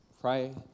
pray